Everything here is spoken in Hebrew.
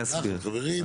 בנחת, בנחת חברים.